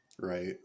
right